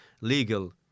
legal